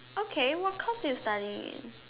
okay what course you studying in